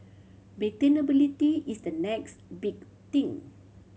maintainability is the next big thing